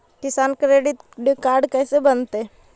किसान credit card कैसे बनतै?